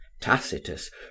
tacitus